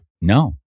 No